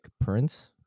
prince